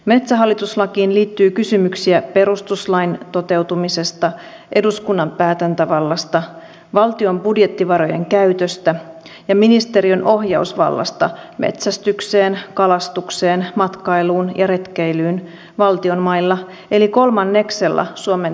metsähallitus lakiin liittyy kysymyksiä perustuslain toteutumisesta eduskunnan päätäntävallasta valtion budjettivarojen käytöstä ja ministeriön ohjausvallasta metsästykseen kalastukseen matkailuun ja retkeilyyn valtion mailla eli kolmanneksella suomen pinta alasta